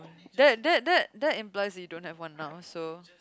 that that that that implies you don't have one now so